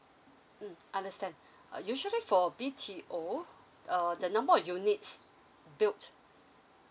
mm understand usually for B_T_O uh the number of units built